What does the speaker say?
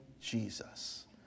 Jesus